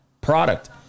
product